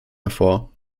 hervor